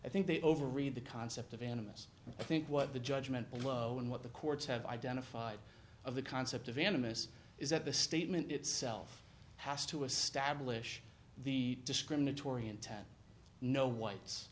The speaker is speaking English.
i think the over read the concept of animists i think what the judgment below and what the courts have identified of the concept of animists is that the statement itself has to establish the discriminatory intent no white